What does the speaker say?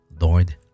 Lord